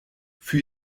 für